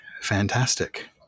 Fantastic